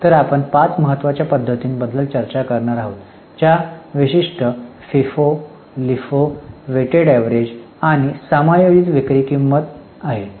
तर आपण पाच महत्वाच्या पद्धतींबद्दल चर्चा करणार आहोत ज्या विशिष्ट फिफो लिफो वेटेड अवरेज आणि समायोजित विक्री किंमत आहेत